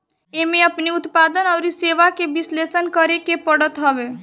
एमे अपनी उत्पाद अउरी सेवा के विश्लेषण करेके पड़त हवे